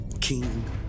King